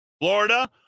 Florida